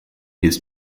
his